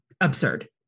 absurd